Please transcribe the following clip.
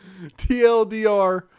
TLDR